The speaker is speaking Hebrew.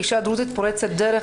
כאישה דרוזית פורצת דרך,